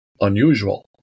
unusual